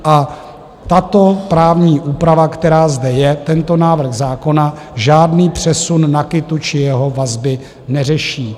A tato právní úprava, která zde je, tento návrh zákona, žádný přesun NAKITu či jeho vazby neřeší.